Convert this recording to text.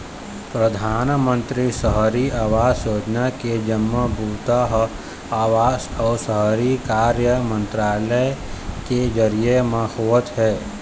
परधानमंतरी सहरी आवास योजना के जम्मो बूता ह आवास अउ शहरी कार्य मंतरालय के जरिए म होवत हे